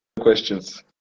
questions